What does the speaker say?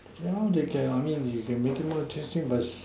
yeah lor they can I mean you can make it more interesting but